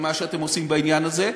מה שאתם עושים בעניין הזה,